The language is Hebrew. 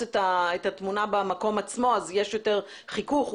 את התמונה במקום עצמו אז יש יותר חיכוך.